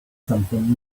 something